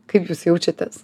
kaip jūs jaučiatės